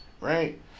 right